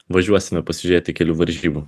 važiuosime pasižiūrėti kelių varžybų